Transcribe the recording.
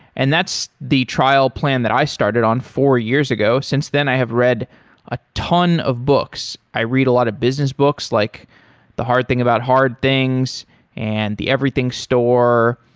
and that's the trial plan that i started on four years ago. since then, i have read a ton of books. i read a lot of business books like the hard thing about hard things and the everything store.